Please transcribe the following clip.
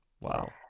wow